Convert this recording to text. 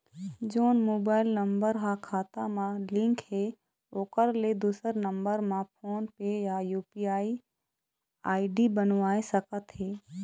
जोन mobile number हा खाता मा लिन्क हे ओकर ले दुसर नंबर मा फोन पे या यू.पी.आई आई.डी बनवाए सका थे?